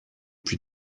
plus